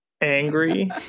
angry